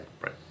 Right